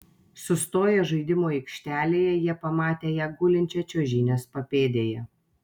sustoję žaidimų aikštelėje jie pamatė ją gulinčią čiuožynės papėdėje